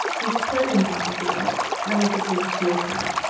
this closing part of the work, relative to the straw plat,